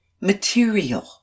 material